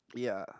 ya